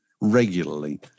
regularly